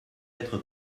être